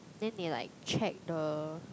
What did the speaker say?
then they like check the